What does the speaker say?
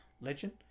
legend